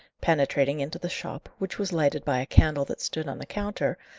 penetrating into the shop, which was lighted by a candle that stood on the counter,